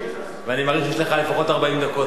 ואני מעריך שיש לך לפחות 40 דקות,